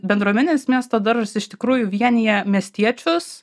bendruomeninis miesto daržas iš tikrųjų vienija miestiečius